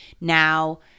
now